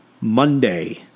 Monday